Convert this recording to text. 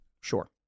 sure